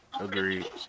Agreed